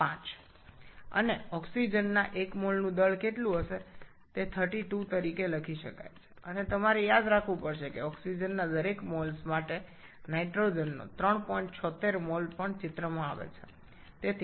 ৯৫ এবং অক্সিজেনের ১ মোলের ভর কী তা ৩২ হিসাবে লেখা যেতে পারে এবং আপনাকে মনে রাখতে হবে যে অক্সিজেনের প্রতি মোলের জন্য নাইট্রোজেনের ৩৭৬ মোল আসে